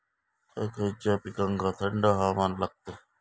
खय खयच्या पिकांका थंड हवामान लागतं?